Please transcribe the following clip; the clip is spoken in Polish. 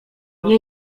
nie